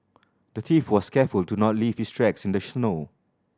the thief was careful to not leave his tracks in the snow